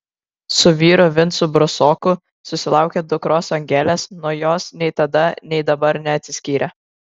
su vyru vincu brusoku susilaukė dukros angelės nuo jos nei tada nei dabar neatsiskyrė